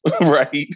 right